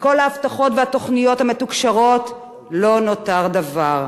מכל ההבטחות והתוכניות המתוקשרות לא נותר דבר.